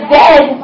dead